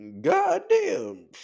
Goddamn